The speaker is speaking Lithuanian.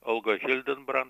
olga hildenbrant